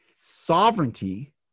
sovereignty